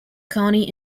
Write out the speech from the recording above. county